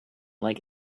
like